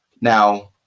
now